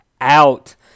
out